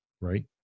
right